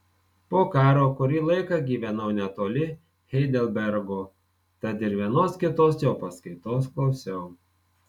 po karo kurį laiką gyvenau netoli heidelbergo tad ir vienos kitos jo paskaitos klausiau